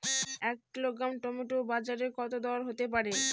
এক kilogram tomato বাজের দরকত হতে পারে?